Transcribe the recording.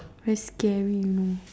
very scary you know